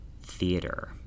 theater